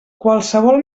qualsevol